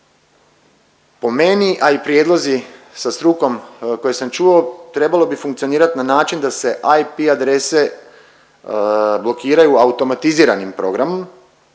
Po meni, a i prijedlozi sa strukom koje sam čuo trebalo bi funkcionirati na način da se IP adrese blokiraju automatiziranim programom,